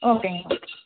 ஓகேங்க ஓகே